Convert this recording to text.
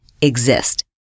exist